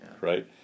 right